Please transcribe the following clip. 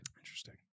Interesting